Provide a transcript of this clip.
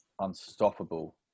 unstoppable